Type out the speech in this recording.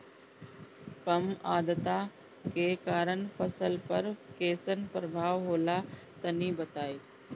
कम आद्रता के कारण फसल पर कैसन प्रभाव होला तनी बताई?